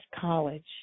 College